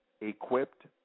equipped